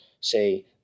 say